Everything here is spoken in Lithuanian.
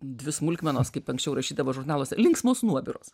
dvi smulkmenos kaip anksčiau rašydavo žurnalas linksmos nuobiros